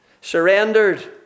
surrendered